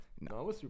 No